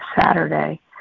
Saturday